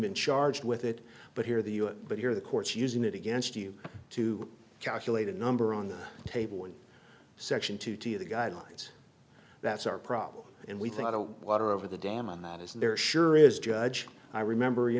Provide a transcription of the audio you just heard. been charged with it but here the us but here the courts using it against you to calculate a number on the table in section two to the guidelines that's our problem and we thought oh water over the dam and that is there sure is judge i remember you